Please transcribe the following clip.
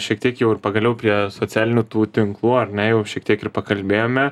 šiek tiek jau ir pagaliau prie socialinių tų tinklų ar ne jau šiek tiek ir pakalbėjome